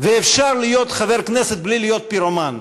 אפשר להיות חבר כנסת בלי להיות פירומן,